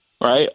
Right